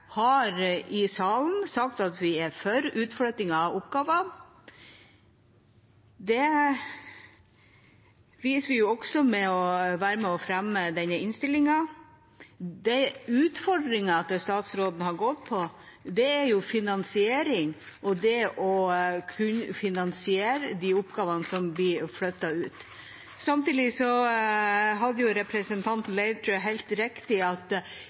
har i salen sagt at vi er for utflytting av oppgaver. Det viser vi også ved å være med og støtte denne innstillingen. Det utfordringen til statsråden har gått på, er finansiering og det å kunne finansiere de oppgavene som blir flyttet ut. Samtidig har representanten Leirtrø helt rett i at